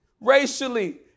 racially